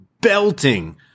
belting